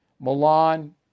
Milan